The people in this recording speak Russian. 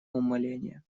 умаления